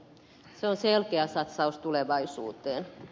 se on selkeä satsaus tulevaisuuteen